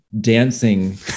dancing